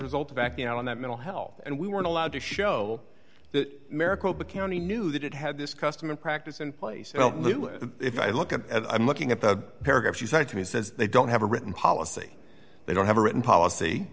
result of acting out on that mental health and we weren't allowed to show that maricopa county knew that it had this custom and practice in place if i look and i'm looking at the paragraph you cited to me says they don't have a written policy they don't have a written policy